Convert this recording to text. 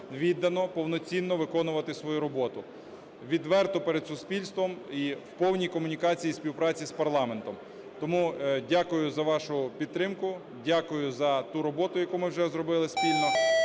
віддано, повноцінно виконувати свою роботу, відверто перед суспільством і в повній комунікації і співпраці з парламентом. Тому дякую за вашу підтримку. Дякую за ту роботу, яку ми вже зробили спільно.